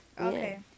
Okay